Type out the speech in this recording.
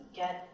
get